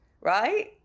right